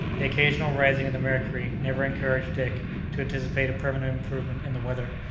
the occasional rising of the mercury never encouraged dick to anticipate a permanent improvement in the weather,